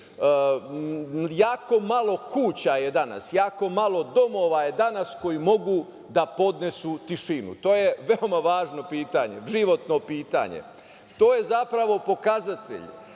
Ili, jako malo kuća je danas, jako malo domova je danas koji mogu da podnesu tišinu. To je veoma važno pitanje, životno pitanje. To je zapravo pokazatelj